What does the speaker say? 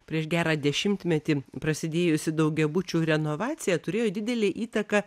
prieš gerą dešimtmetį prasidėjusi daugiabučių renovacija turėjo didelę įtaką